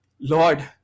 Lord